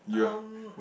um